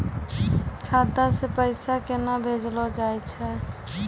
खाता से पैसा केना भेजलो जाय छै?